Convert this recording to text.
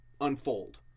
unfold